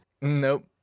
Nope